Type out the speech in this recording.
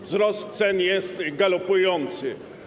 Wzrost cen jest galopujący.